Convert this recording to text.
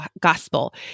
gospel